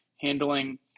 handling